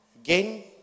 Again